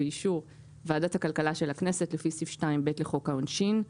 ובאישור ועדת הכלכלה של הכנסת לפי סעיף 2(ב) לחוק העונשין,